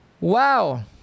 Wow